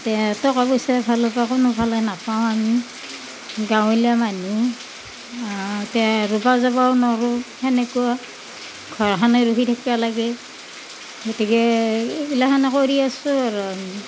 তে টকা পইচাৰ ফালৰ পৰা কোনো ফালে নাপাওঁ আমি গাঁৱলীয়া মানুহ তে ৰুব যাবও নৰো তেনেকুৱা ঘৰখানে ৰখি থাকিব লাগে গতিকে এইগিলাখানে কৰি আছোঁ আৰু